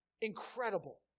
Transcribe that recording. Incredible